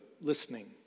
listening